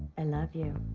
and love you.